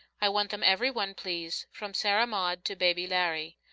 i want them every one, please, from sarah maud to baby larry.